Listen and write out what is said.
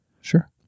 Sure